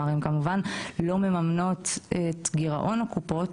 הן כמובן לא מממנות את גירעון הקופות,